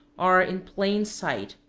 are in plain sight,